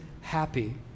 happy